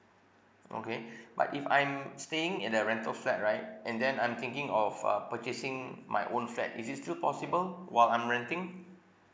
okay but if I am staying in the rental flat right and then I'm thinking of uh purchasing my own flat is it still possible while I'm renting